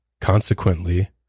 Consequently